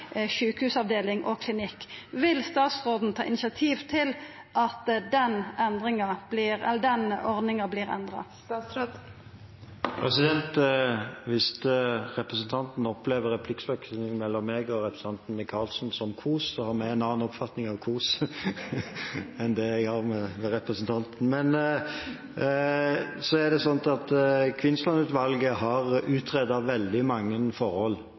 sjukehusavdeling og klinikk: Vil statsråden ta initiativ til at den ordninga vert endra? Hvis representanten opplever replikkvekslingen mellom meg og representanten Micaelsen som kos, har hun en annen oppfatning av kos enn det jeg har. Kvinnsland-utvalget har utredet veldig mange forhold